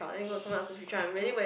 stop